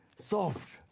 soft